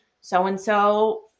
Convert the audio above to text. so-and-so